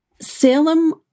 Salem